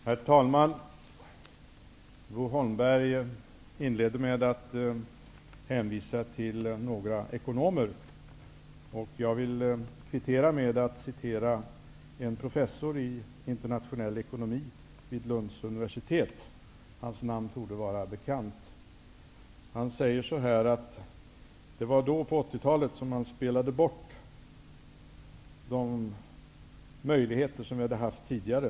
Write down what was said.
Herr talman! Bo Holmberg inledde med att hänvisa till några ekonomer. Jag vill kvittera med att citera en professor i internationell ekonomi vid Lunds universitet. Hans namn torde vara bekant. Han säger att det var på 80-talet som man spelade bort de möjligheter som vi hade haft tidigare.